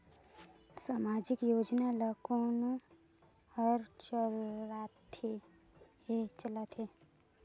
समाजिक योजना ला कोन हर चलाथ हे?